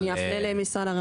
אז אני אפנה למשרד הרווחה.